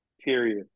Period